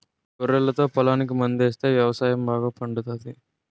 గొర్రెలతో పొలంకి మందాస్తే వ్యవసాయం బాగా పండుతాది